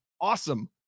awesome